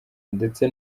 ndetse